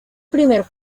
primer